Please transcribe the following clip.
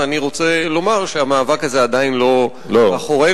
ואני רוצה לומר שהמאבק הזה עדיין לא מאחורינו.